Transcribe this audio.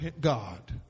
God